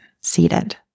seated